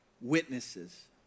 witnesses